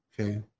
Okay